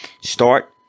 Start